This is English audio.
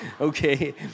okay